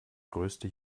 größte